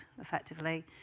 effectively